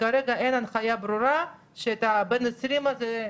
שכרגע אין הנחיה ברורה שלבן 20 הזה,